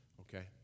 okay